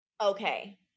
Okay